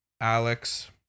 alex